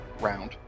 round